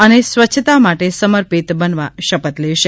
અને સ્વચ્છતા માટે સમર્પિત બનવા શપથ લેશે